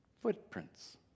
footprints